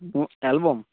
album